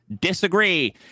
disagree